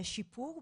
יש שיפור,